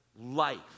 life